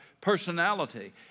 personality